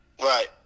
Right